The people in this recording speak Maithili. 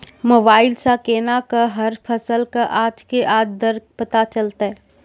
मोबाइल सऽ केना कऽ हर फसल कऽ आज के आज दर पता चलतै?